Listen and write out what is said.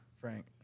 Frank